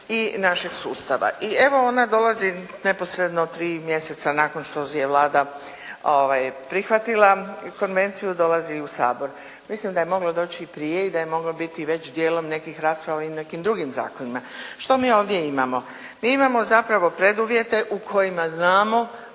i našeg sustava. I evo, ona dolazi neposredno tri mjeseca nakon što je Vlada prihvatila konvenciju dolazi u Sabor. Mislim da je moglo doći i prije i da je moglo biti već dijelom nekih rasprava i o nekim drugim zakonima. Što mi ovdje imamo? Mi imamo zapravo preduvjete u kojima znamo